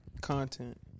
Content